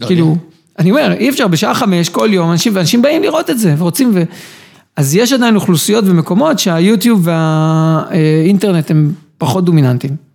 כאילו, אני אומר, אי אפשר בשעה חמש כל יום, אנשים באים לראות את זה ורוצים, אז יש עדיין אוכלוסיות ומקומות שהיוטיוב והאינטרנט הם פחות דומיננטיים.